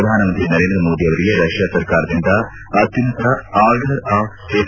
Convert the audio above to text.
ಪ್ರಧಾನಮಂತ್ರಿ ನರೇಂದ್ರ ಮೋದಿ ಅವರಿಗೆ ರಷ್ನಾ ಸರ್ಕಾರದಿಂದ ಅತ್ತುನ್ನತ ಆರ್ಡರ್ ಆಫ್ ಸೇಂಟ್